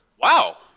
wow